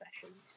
sessions